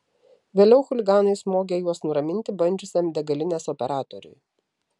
vėliau chuliganai smogė juos nuraminti bandžiusiam degalinės operatoriui